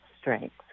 strength